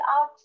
out